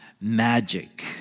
Magic